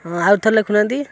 ହଁ ଆଉଥରେ ଲେଖୁନାହାଁନ୍ତି